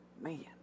Man